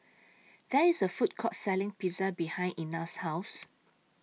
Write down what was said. There IS A Food Court Selling Pizza behind Ina's House